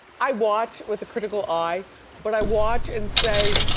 i watch with a critical eye but i watch and say